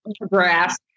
grass